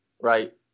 right